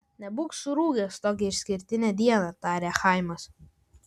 nebūk surūgęs tokią išskirtinę dieną tarė chaimas